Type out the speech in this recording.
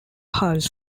hulls